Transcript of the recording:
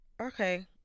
okay